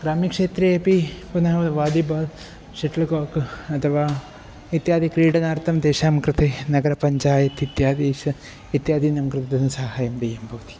ग्राम्यक्षेत्रे अपि पुनः वालिबाल् शट्ल् काक् अथवा इत्यादिक्रीडनार्थं तेषां कृते नगरपञ्चायत् इत्यादिषु इत्यादिनां कृते तेन सहायं देयं भवति